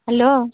hello